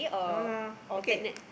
no lah okay